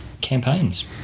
campaigns